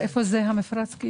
המפרץ.